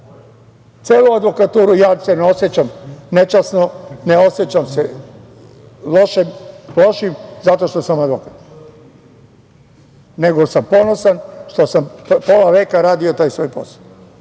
celu advokaturu. Ja se ne osećam nečasno, ne osećam se lošim zato što sam advokat, nego sam ponosan što sam pola veka radio taj svoj posao